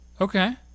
Okay